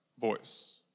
voice